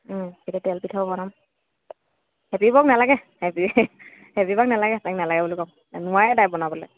তেতিয়া তেল পিঠাও বনাম হেপী বৌক নালাগে হেপী হেপী বৌক নালাগে তাইক নালাগে বুলি ক'ম নোৱাৰে তাই বনাবলৈ